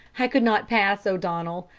i could not pass, o'donnell.